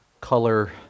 color